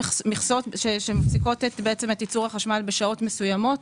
שמפסיקות את ייצור החשמל בשעות מסוימות.